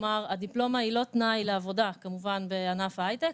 כלומר הדיפלומה היא לא תנאי לעבודה כמובן בענף ההייטק.